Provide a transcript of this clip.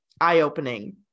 eye-opening